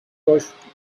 drift